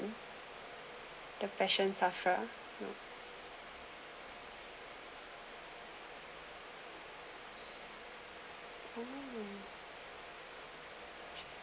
the passion suffer